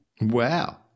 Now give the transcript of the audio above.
Wow